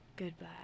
Goodbye